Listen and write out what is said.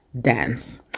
Dance